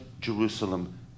Jerusalem